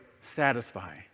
satisfy